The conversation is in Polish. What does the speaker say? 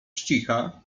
cicha